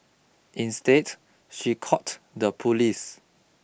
instead she called the police